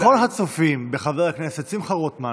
לכל הצופים בחבר הכנסת שמחה רוטמן